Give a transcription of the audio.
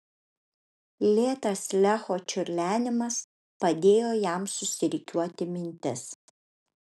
lėtas lecho čiurlenimas padėjo jam susirikiuoti mintis